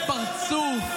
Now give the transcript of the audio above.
אני שואל אותך מה אתה חושב.